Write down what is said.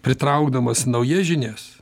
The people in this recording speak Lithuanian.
pritraukdamas naujas žinias